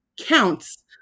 counts